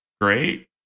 Great